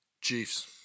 Chiefs